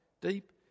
deep